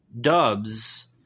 dubs